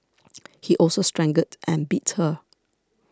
he also strangled and beat her